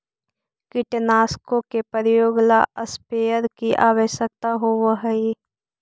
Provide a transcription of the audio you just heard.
कीटनाशकों के प्रयोग ला स्प्रेयर की आवश्यकता होव हई